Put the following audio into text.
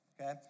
okay